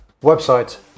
website